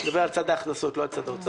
אני מדבר על צד הכנסות, לא על צד ההוצאות.